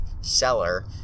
seller